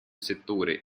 settore